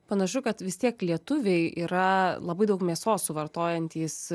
panašu kad vis tiek lietuviai yra labai daug mėsos suvartojantys